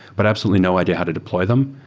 but absolutely no idea how to deploy them.